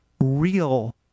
real